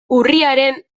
urriaren